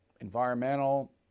environmental